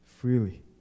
freely